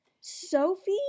Sophie